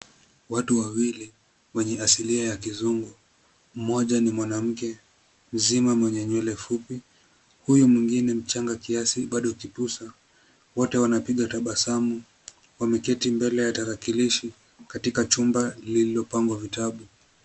Watu wawili wenye asilia ya kizungu mmoja ni mwanamke mzima mwenye nywele fupi huyu mwingine mchanga kiasi bado kipusa wote wanapiga tabasamu wameketi mbele ya tarakilishi katika chumba lilopangwa vitabu.